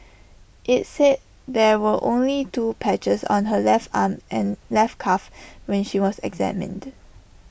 IT said there were only two patches on her left arm and left calf when she was examined